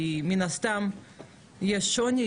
כי מן הסתם יש שוני,